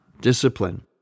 discipline